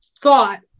thought